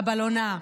"הבלונה".